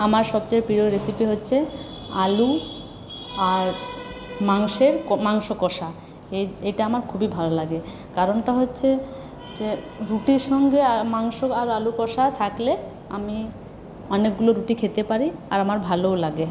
আমার সবচেয়ে প্রিয় রেসিপি হচ্ছে আলু আর মাংসের মাংস কষা এটা আমার খুব ভালো লাগে কারণটা হচ্ছে যে রুটির সঙ্গে আর মাংস আর আলু কষা থাকলে আমি অনেকগুলো রুটি খেতে পারি আর আমার ভালোও লাগে